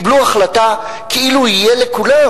קיבלו החלטה כאילו יהיה לכולם,